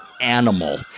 animal